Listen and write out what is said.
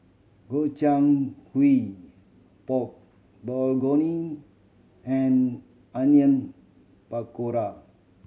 Gobchang Gui Pork Bulgogi and Onion Pakora